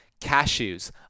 cashews